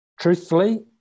truthfully